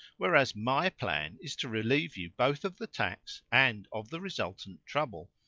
whereas my plan is to relieve you both of the tax and of the resultant trouble.